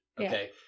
Okay